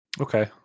Okay